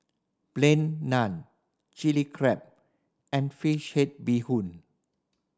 Plain Naan Chilli Crab and fish head bee hoon